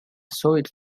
soviet